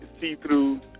see-through